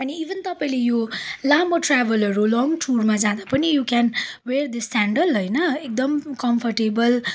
अनि इभन तपाईँले यो लामो ट्राभलहरू लङ टुरमा जाँदा पनि you can wear this sandal होइन एकदम कम्फोर्टेबल